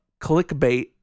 clickbait